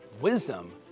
Wisdom